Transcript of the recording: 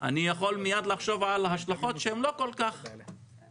אני יכול עכשיו לחשוב על השלכות שהן לא כל כך מדהימות,